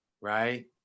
Right